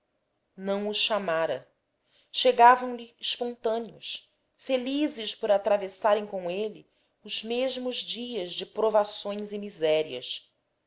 não os chamara chegaram-lhe espontâneos felizes por atravessarem com ele os mesmos dias de provações e misérias